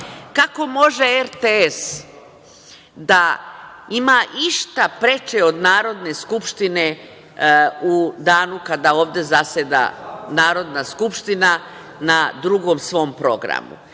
može RTS da ima išta preče od Narodne skupštine u danu kada ovde zaseda Narodna skupština na Drugom programu?